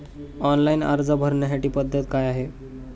Online अर्ज भरण्याची पद्धत काय आहे?